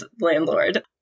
landlord